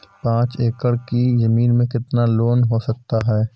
पाँच एकड़ की ज़मीन में कितना लोन हो सकता है?